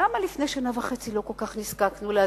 למה לפני שנה וחצי לא כל כך נזקקנו להסברה?